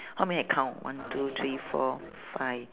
how many I count one two three four five